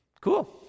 Cool